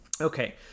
Okay